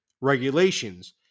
regulations